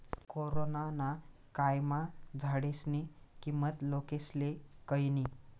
corona ना कायमा झाडेस्नी किंमत लोकेस्ले कयनी